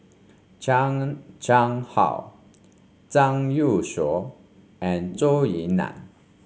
Chan Chang How Zhang Youshuo and Zhou Ying Nan